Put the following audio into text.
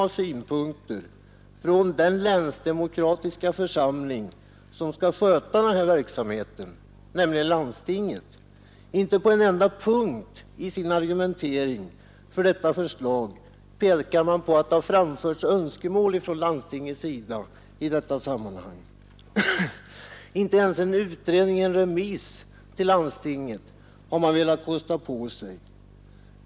Det bör man väl göra, när man framlägger ett förslag om försöksverksamhet med tillämpad länsdemokrati i Stockholms län. Inte i en enda punkt i argumenteringen för detta förslag pekar man på att det har framförts önskemål från landstingets sida i detta sammanhang. Man har inte ens velat kosta på sig en utredning eller en remiss till landstinget.